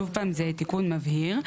שוב פעם, זה תיקון מבהיר.